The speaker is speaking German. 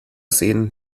sehen